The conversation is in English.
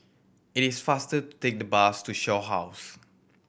it is faster to take the bus to Shaw House